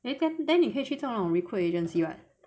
eh then then 你可以去做那种 recruit agency [what]